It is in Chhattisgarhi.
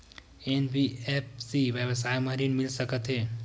एन.बी.एफ.सी व्यवसाय मा ऋण मिल सकत हे